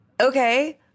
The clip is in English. Okay